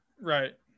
Right